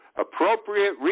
appropriate